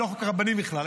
אגב, זה לא חוק רבנים בכלל.